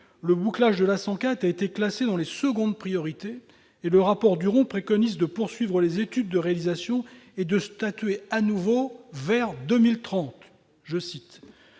le bouclage de l'A 104 a été classé dans les secondes priorités. Le rapport de Philippe Duron préconise de poursuivre les études de réalisation et de statuer à nouveau vers 2030